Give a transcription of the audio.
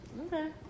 Okay